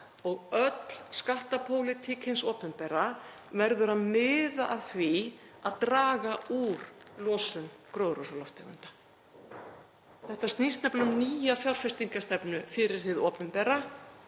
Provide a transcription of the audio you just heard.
og öll skattapólitík hins opinbera verður að miða að því að draga úr losun gróðurhúsalofttegunda. Þetta snýst nefnilega um nýja fjárfestingarstefnu fyrir hið opinbera